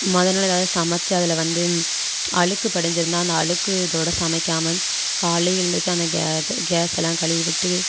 மொதல் நாள் ஏதாவது சமைச்சு அதில் வந்து அழுக்கு படிஞ்சுதுன்னா அந்த அழுக்கு இதோடு சமைக்காமல் காலையில் எழுந்துரிச்சு அந்த கேஸ் கேஸ் எல்லாம் கழுவி விட்டு